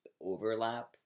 overlap